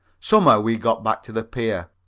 somehow we got back to the pier,